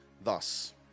thus